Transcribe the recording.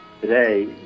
today